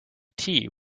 tea